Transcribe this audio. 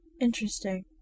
Interesting